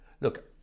Look